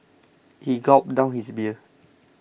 he gulped down his beer